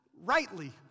rightly